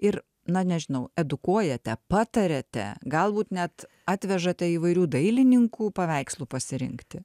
ir na nežinau edukuojate patariate galbūt net atvežate įvairių dailininkų paveikslų pasirinkti